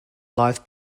live